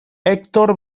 hèctor